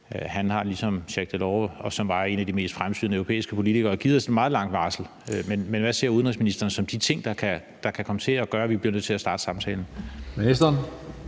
Jacques Delors, som var en af de mest fremsynede europæiske politikere, har ligesom givet os et meget langt varsel. Men hvad ser udenrigsministeren som de ting, der kan komme til at gøre, at vi bliver nødt til at starte samtalen? Kl.